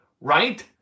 right